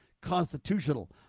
constitutional